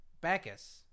bacchus